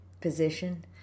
position